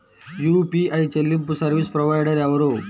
UPI చెల్లింపు service provider ఎవరు?